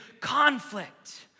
conflict